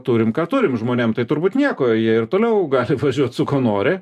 turim ką turim žmonėm tai turbūt nieko jie ir toliau gali važiuot su kuo nori